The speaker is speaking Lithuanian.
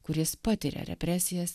kuris patiria represijas